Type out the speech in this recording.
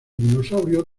dinosaurio